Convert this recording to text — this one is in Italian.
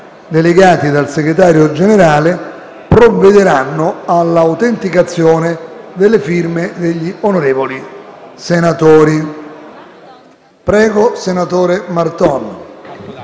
delegati dal Segretario Generale provvederanno all'autenticazione delle firme degli onorevoli senatori.